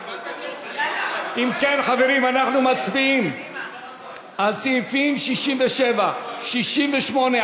אם כן, חברים, אנחנו מצביעים על סעיפים 67 79,